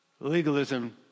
legalism